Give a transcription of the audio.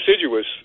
deciduous